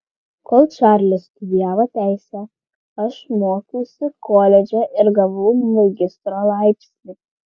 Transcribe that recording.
kol čarlis studijavo teisę aš mokiausi koledže ir gavau magistro laipsnį